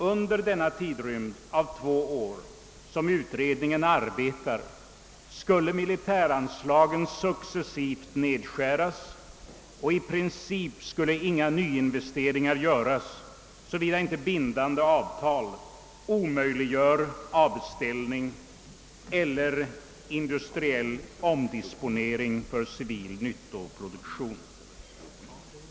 Under denna tidrymd av två år, då utredningen arbetar, skulle militäranslagen successivt nedskäras, och i princip skulle inga nyinvesteringar göras, såvida inte bindande avtal omöjliggör avbeställning eller industriell omdisponering för civil nyttoproduktion.